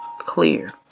clear